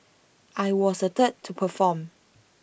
I was the third to perform